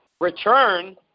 return